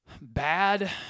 bad